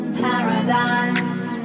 paradise